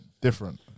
Different